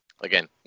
again